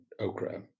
okra